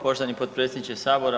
Poštovani potpredsjedniče Sabora.